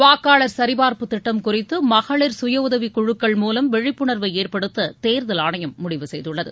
வாக்காளர் சரிபார்ப்பு திட்டம் குறித்து மகளிர் சுயஉதவிக்குழுக்கள் மூலம் விழிப்புணர்வை ஏற்படுத்த தேர்தல் ஆணையம் முடிவு செய்துள்ளது